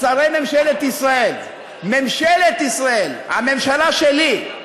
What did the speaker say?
שרי ממשלת ישראל, ממשלת ישראל, הממשלה שלי,